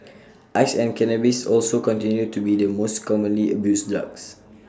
ice and cannabis also continue to be the most commonly abused drugs